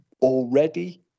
already